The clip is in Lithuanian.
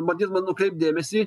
bandydama nukreipt dėmesį